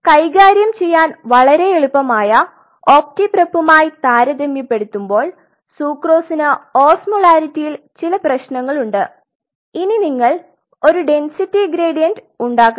കൈകാര്യം ചെയ്യാൻ വളരെ എളുപ്പമായ ഒപ്റ്റി പ്രെപ്പുമായി താരതമ്യപ്പെടുത്തുമ്പോൾ സുക്രോസിന് ഓസ്മോലാരിറ്റിയിൽ ചില പ്രശ്നങ്ങളുണ്ട് ഇനി നിങ്ങൾ ഒരു ഡെൻസിറ്റി ഗ്രേഡിയന്റ് ഉണ്ടാകണം